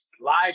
live